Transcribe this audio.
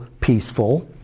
peaceful